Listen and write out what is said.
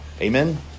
Amen